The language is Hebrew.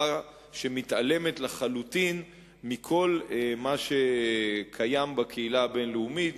שמתעלמת לחלוטין מכל מה שקיים בקהילה הבין-לאומית,